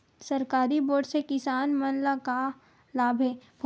सरकारी बोर से किसान मन ला का लाभ हे?